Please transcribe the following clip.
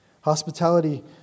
Hospitality